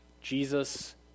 Jesus